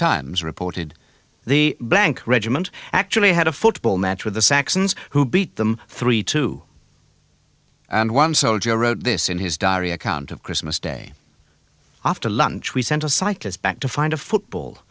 times reported the blank regiment actually had a football match with the saxons who beat them three two and one soldier wrote this in his diary account of christmas day after lunch we sent our cyclists back to find a football